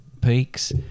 peaks